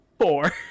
Four